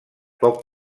poc